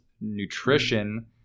nutrition